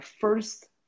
first